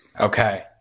Okay